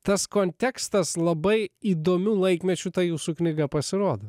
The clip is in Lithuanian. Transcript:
tas kontekstas labai įdomiu laikmečiu ta jūsų knyga pasirodo